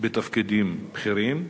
בתפקידים בכירים?